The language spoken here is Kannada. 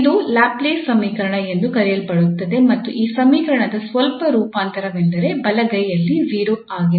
ಇದು ಲ್ಯಾಪ್ಲೇಸ್ ಸಮೀಕರಣ ಎಂದು ಕರೆಯಲ್ಪಡುತ್ತದೆ ಮತ್ತು ಈ ಸಮೀಕರಣದ ಸ್ವಲ್ಪ ರೂಪಾಂತರವೆಂದರೆ ಬಲಗೈ 0 ಆಗಿಲ್ಲ